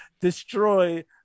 destroy